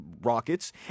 Rockets